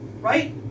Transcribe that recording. Right